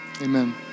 Amen